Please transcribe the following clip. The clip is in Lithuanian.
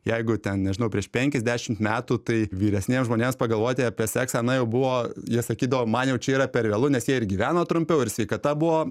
jeigu ten nežinau prieš penkiasdešim metų tai vyresniems žmonėms pagalvoti apie seksą na jau buvo jie sakydavo man jau čia yra per vėlu nes jie ir gyveno trumpiau ir sveikata buvo